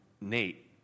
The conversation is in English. Nate